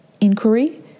inquiry